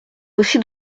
aussi